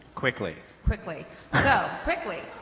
quickly. quickly, so quickly.